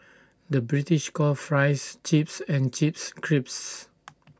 the British calls Fries Chips and Chips Crisps